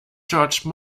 george